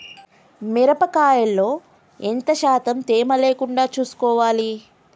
మిరప కాయల్లో ఎంత శాతం తేమ లేకుండా చూసుకోవాలి?